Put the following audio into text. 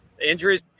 injuries